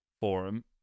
forum